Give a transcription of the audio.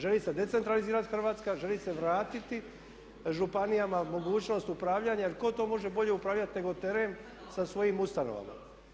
Želi se decentralizirati Hrvatska, želi se vratiti županijama mogućnost upravljanja jer tko to može bolje upravljati nego … sa svojim ustanovama.